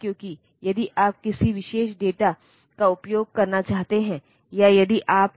तो increment register A और यह 3C मान